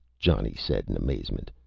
johnny said in amazement.